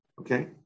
Okay